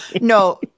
No